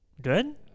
Good